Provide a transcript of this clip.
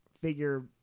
figure